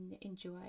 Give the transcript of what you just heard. enjoy